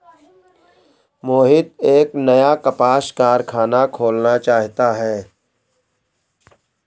मोहित एक नया कपास कारख़ाना खोलना चाहता है